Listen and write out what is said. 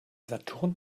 saturn